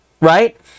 right